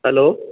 hello